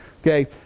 Okay